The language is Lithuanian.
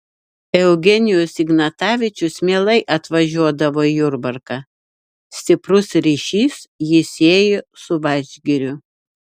eugenijus ignatavičius mielai atvažiuodavo į jurbarką stiprus ryšys jį siejo su vadžgiriu